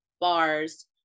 bars